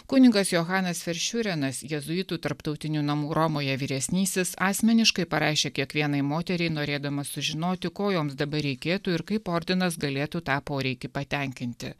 kunigas johanas veršiurenas jėzuitų tarptautinių namų romoje vyresnysis asmeniškai parašė kiekvienai moteriai norėdamas sužinoti ko joms dabar reikėtų ir kaip ordinas galėtų tą poreikį patenkinti